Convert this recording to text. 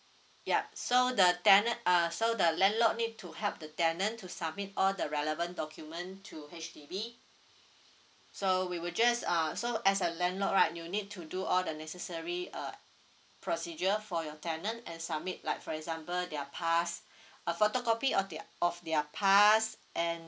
yup so the tenant uh so the landlord need to help the tenant to submit all the relevant document to H_D_B so we will just uh so as a landlord right you need to do all the necessary uh procedure for your tenant and submit like for example their pass a photocopy of their of their pass and